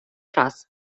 раз